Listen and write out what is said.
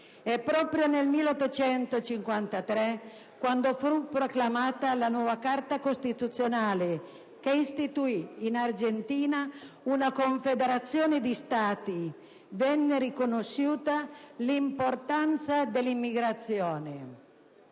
E proprio nel 1853, quando fu proclamata la nuova Carta costituzionale, che istituì in Argentina una Confederazione di Stati, venne riconosciuta l'importanza dell'immigrazione.